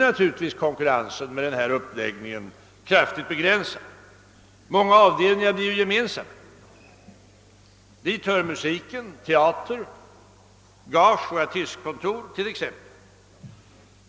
Naturligtvis blir konkurrensen med denna uppläggning kraftigt begränsad. Många avdelningar blir gemensamma. Dit hör t.ex. musiken och teatern samt gageoch artistkontoret.